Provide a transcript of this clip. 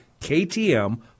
KTM